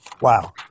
Wow